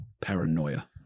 Paranoia